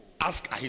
Ask